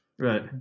Right